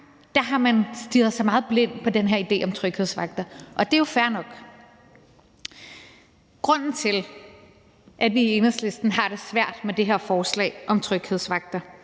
har man stirret sig blind på den her idé om tryghedsvagter, og det er jo fair nok. Grunden til, at vi i Enhedslisten har det svært med det her forslag om tryghedsvagter,